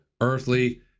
earthly